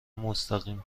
مستقیم